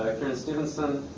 stevenson,